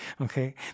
Okay